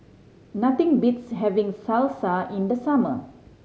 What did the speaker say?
nothing beats having Salsa in the summer